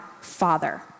Father